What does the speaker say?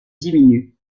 diminue